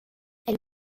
elle